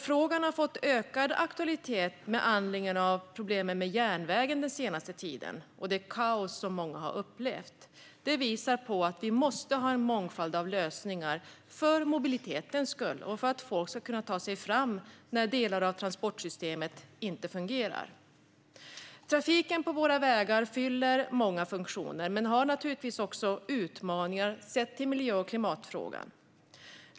Frågan har fått ökad aktualitet med anledning av problemen med järnvägen under den senaste tiden och det kaos som många har upplevt. Det visar att vi måste ha en mångfald av lösningar för att folk ska kunna ta sig fram när delar av transportsystemet inte fungerar. Trafiken på våra vägar fyller många funktioner, men den har naturligtvis också utmaningar sett till miljö och klimatfrågan.